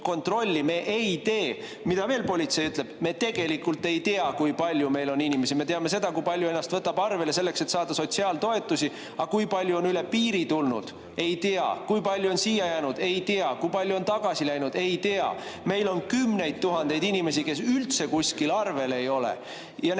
me ei tee.